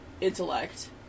intellect